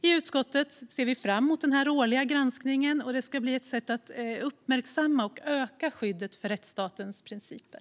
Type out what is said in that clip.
I utskottet ser vi fram emot den årliga granskningen, och det ska bli ett sätt att uppmärksamma och öka skyddet för rättsstatens principer.